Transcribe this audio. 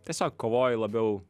tiesiog kovoji labiau